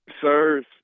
Sirs